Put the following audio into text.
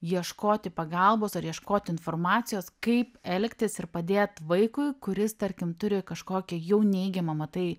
ieškoti pagalbos ar ieškoti informacijos kaip elgtis ir padėt vaikui kuris tarkim turi kažkokį jau neigiamą matai